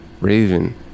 Raven